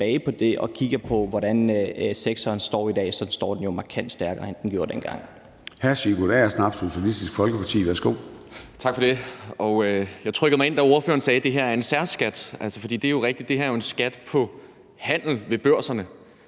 og kigger på, hvordan det står til i sektoren i dag, så står den jo markant stærkere, end den gjorde dengang.